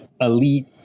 elite